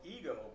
ego